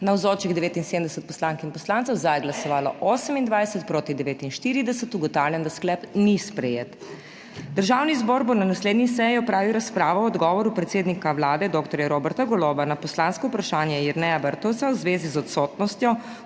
28, proti 49. (Za je glasovalo 28.) (Proti 49.) Ugotavljam, da sklep ni sprejet. Državni zbor bo na naslednji seji opravil razpravo o odgovoru predsednika Vlade dr. Roberta Goloba na poslansko vprašanje Jerneja Vrtovca v zvezi z odsotnostjo